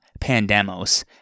Pandemos